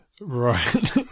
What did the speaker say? right